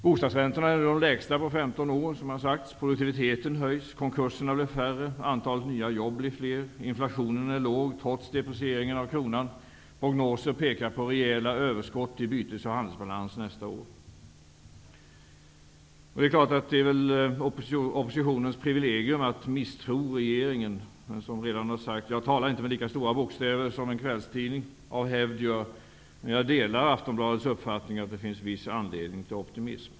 Bostadsräntorna är nu de lägsta på 15 år. Produktiviteten höjs. Konkurserna blir färre. Antalet nya jobb blir fler. Inflationen är låg, trots deprecieringen av kronan. Prognoser pekar på rejäla överskott i bytes och handelsbalans nästa år. Det är väl oppositionens privilegium att misstro regeringen. Jag talar dock inte med lika stora bokstäver som en kvällstidning av hävd gör, men jag delar Aftonbladets uppfattning att det finns viss anledning till optimism.